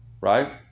Right